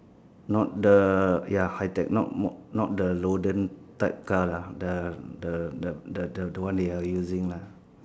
not the ya high tech not not the olden type car lah the the the the one they are using lah